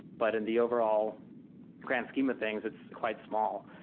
but in the overall grand scheme of things it's quite small.